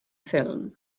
ffilm